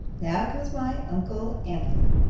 now comes my uncle antony!